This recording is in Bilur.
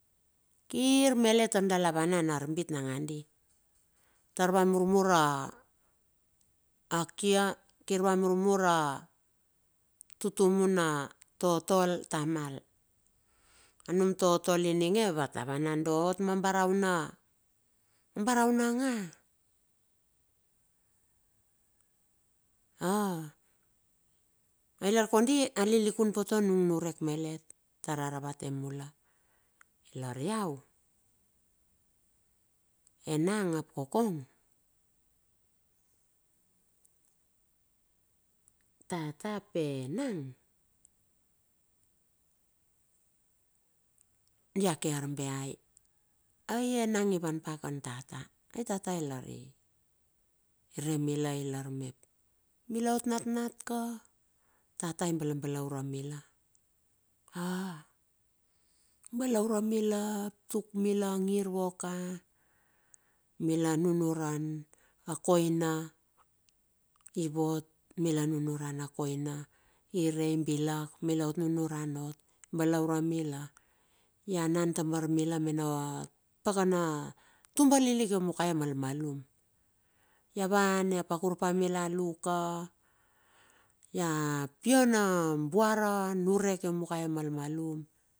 Kir melet tar dala vanan arbit nangandi tar va murmur a kia, kir va murmur a tutumu na totol, tamal, anum totol ininge, vata vanan do ot ma barao na a baranao na nga a, ailar kondi alilikun pote nung niurek melet, tara ravate mula, lar iau enang ap kokong, tata ap enang dia ke arbeai, ai enang ivan pa kan tata, ai tata ilar ire mila ilar mep, mila ot natnat ka, tata i balabalaure mila pa. Balaure mila tuk mila ngir vuaka ka, mila nunuran a koina i vot, mila nunuran a koina, irei bilak milaot nunurana ot. Kam balaura mila, ian an tambar mila mena pakana tumba lilik iomakae malmalum. Ia van ia pakur pa amilal uka ia pie na buara ioma kae malmalum.